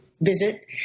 visit